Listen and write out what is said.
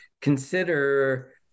consider